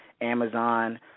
Amazon